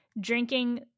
drinking